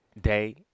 day